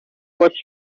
was